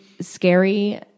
scary